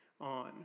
on